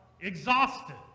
exhausted